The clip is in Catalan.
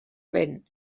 vent